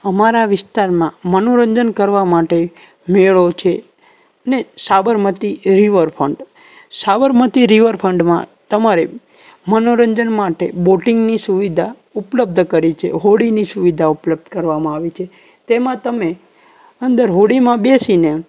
અમારા વિસ્તારમાં મનોરંજન કરવા માટે મેળો છે ને સાબરમતીએ રિવરફ્ન્ટ સાબરમતી રિવરફ્ન્ટમાં તમારે મનોરંજન માટે બોટિંગની સુવિધા ઉપલબ્ધ કરી છે હોડીની સુવિધા ઉપલબ્ધ કરવામાં આવી છે તેમાં તમે અંદર હોડીમાં બેસીને